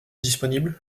disponible